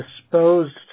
disposed